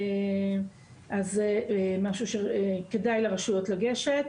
אז זה משהו שכדאי לרשויות לגשת.